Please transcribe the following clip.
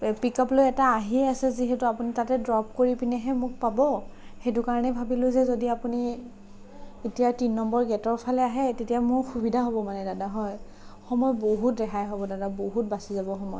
পিক up লৈ এটা আহিয়ে আছে যিহেতু আপুনি তাতে ড্ৰপ কৰি পিনেহে মোক পাব সেইটো কাৰণে ভাবিলোঁ যে যদি আপুনি এতিয়া তিনি নম্বৰ গে'টৰ ফালে আহে তেতিয়া মোৰ সুবিধা হ'ব মানে দাদা হয় সময় বহুত ৰেহাই হ'ব দাদা বহুত বাছি যাব সময়